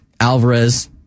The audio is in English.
Alvarez